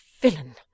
villain